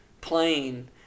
plain